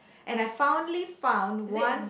and I finally found one